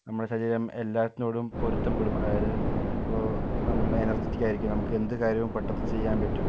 നമ്മുടെ ശരീരം എല്ലാത്തിനോടും പൊരുത്തപ്പെടും അതായത് ഇപ്പോൾ നമ്മള് എനർജറ്റിക്ക് ആയിരിക്കും നമുക്ക് എന്ത് കാര്യവും പെട്ടെന്ന് ചെയ്യാൻ പറ്റും